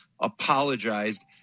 apologized